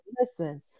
listen